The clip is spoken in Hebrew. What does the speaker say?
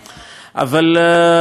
אבל אין לי ספק,